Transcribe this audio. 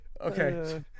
Okay